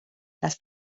las